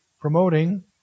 promoting